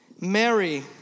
Mary